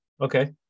Okay